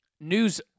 news